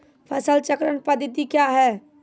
फसल चक्रण पद्धति क्या हैं?